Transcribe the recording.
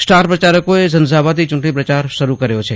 star પ્રચારકોએ ઝંઝાવાતી ચૂંટણી પ્રચાર શરૂ કર્યો છે